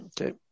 okay